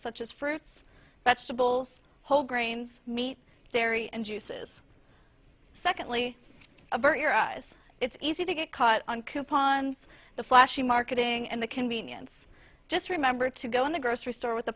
such as fruits vegetables whole grains meat dairy and juices secondly avert your eyes it's easy to get caught on coupons the flashy marketing and the convenience just remember to go in the grocery store with